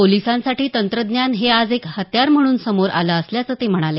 पोलिसांसाठी तंत्रज्ञान हे आज एक हत्यार म्हणून समोर आलं असल्याचं ते म्हणाले